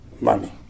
money